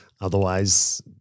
Otherwise-